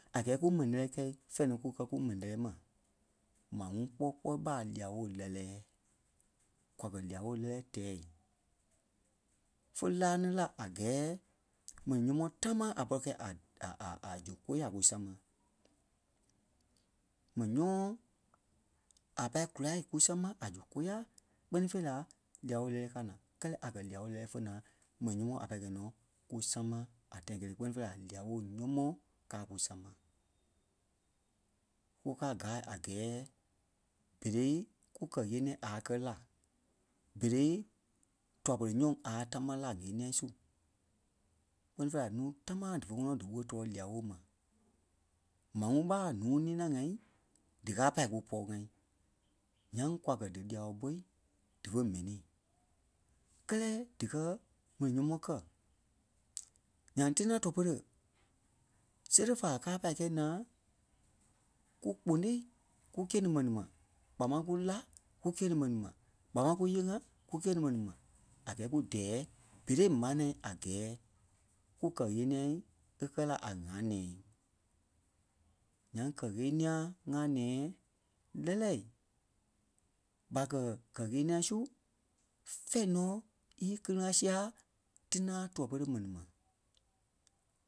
a gɛɛ kú mɛnii lɛ́lɛɛ kɛ̂i fɛ̃ɛ nɔ kú kɛ́ kúmɛnii lɛlɛɛ ma. Maa ŋuŋ kpɔ́ kpɔɔi ɓa lia-woo lɛ́lɛɛ. Kwa kɛ́ lia-woo lɛ́lɛ tɛɛ, fó laa-ní la a gɛɛ mɛnii nyɔmɔɔ tamaa a pɔri kɛ̂i a- a- a- a- zu kôyaa kúsama. Mɛnii nyɔmɔɔ a pâi kùla kúsama a zu kóyaa kpɛ́ni fêi la, lia-woo lɛlɛɛ káa naa. Kɛ́lɛ a kɛ́ lia-woo lɛ́lɛɛ fé naa mɛnii nyɔmɔɔ a pâi kɛ́i nɔ kúsama a tãi kelee kpɛ́ni fêi la lia-woo nyɔmɔɔ káa kusama. Kúkaa gàa a gɛɛ berei kù kɛ́ ɣeniɛi a kɛ́ la berei tua-pere nyɔ̂ŋ a tamaa la ɣeniɛi su kpɛ́ni fêi la nuu támaa dífe ŋɔnɔ díwolii tɔɔ lia-woo ma. Maa ŋuŋ ɓa núui ninai-ŋai dí ká pâi kúpɔɔ-ŋa. Nyaŋ kwa kɛ́ dí lia-woo-ɓó dífe mɛnii. Kɛ́lɛ díkɛ mɛnii nyɔmɔɔ kɛ̀, nyaŋ tina tɔɔ-pere sêre fáa káa pâi kɛ̂i naa kúkponôi ku gîe ni mɛni ma. Kpaa máŋ kú lá ku gîe ní mɛnii ma. Kpaa máŋ ku nyêei-ŋa kú gîe ni mɛnii ma a gɛɛ ku dɛɛ berei maa nɛ̃ɛ a gɛɛ kúkɛ ɣeniɛi é kɛ́ la a ŋ̀aa nɛ̃ɛ. Nyaŋ kɛ́ ɣeniɛi ŋaa nɛ̃ɛi lɛ́lɛɛ. ɓa kɛ kɛ́ ɣeniɛi su fɛ̃ɛ nɔ í íkili-ŋa sia tina tɔɔ-pere mɛni ma.